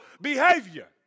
behavior